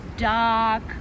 Dark